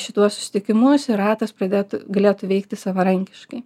šituos susitikimus ir ratas pradėti galėtų veikti savarankiškai